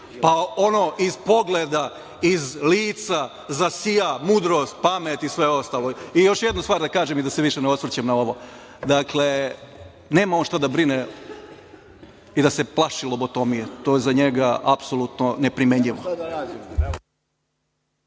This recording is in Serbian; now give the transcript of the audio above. pa ono iz pogleda, iz lica zasija mudrost, pamet i sve ostalo. I još jednu stvar da kažem i da se više ne osvrćem na ovo. Dakle, nema on šta da brinem i da se plaši lobotomije to za njega apsolutno neprimenljivo.